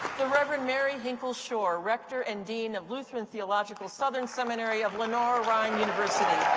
rev. and mary hinkle shore, rector and dean of lutheran theological southern seminary of lenoir-rhine university.